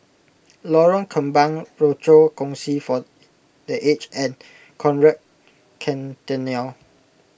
Lorong Kembang Rochor Kongsi for the Aged and Conrad Centennial